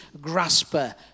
grasper